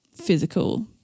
physical